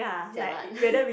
jialat